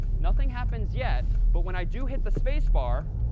nothing happens yet. but when i do hit the spacebar,